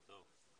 תודה.